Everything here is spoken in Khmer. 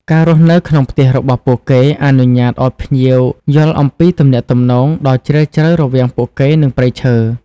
ការរស់នៅក្នុងផ្ទះរបស់ពួកគេអនុញ្ញាតឱ្យភ្ញៀវយល់អំពីទំនាក់ទំនងដ៏ជ្រាលជ្រៅរវាងពួកគេនិង ព្រៃឈើ។